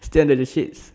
stay under the shade